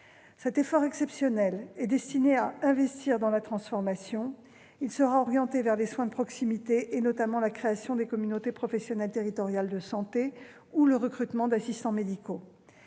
Cet effort exceptionnel est destiné à investir dans la transformation. Il sera orienté vers les soins de proximité, notamment la création de communautés professionnelles territoriales de santé ou le recrutement d'assistants médicaux.